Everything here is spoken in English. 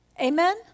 Amen